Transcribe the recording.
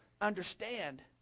understand